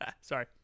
Sorry